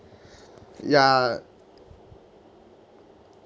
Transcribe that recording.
ya